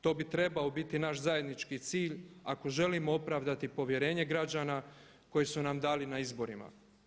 To bi trebao biti naš zajednički cilj ako želimo opravdati povjerenje građana koje su nam dali na izborima.